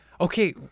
Okay